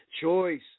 choice